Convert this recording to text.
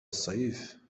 الصيف